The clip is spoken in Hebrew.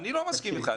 אני לא מסכים אתך.